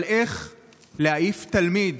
אבל להעיף תלמיד